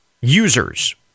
users